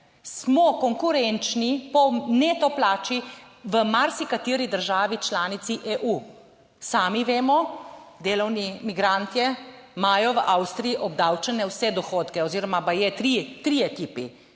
smo konkurenčni po neto plači v marsikateri državi članici EU. Sami vemo, delovni migrantje imajo v Avstriji obdavčene vse dohodke oziroma baje tri, trije